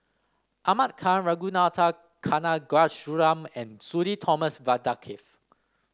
Ahmad Khan Ragunathar Kanagasuntheram and Sudhir Thomas Vadaketh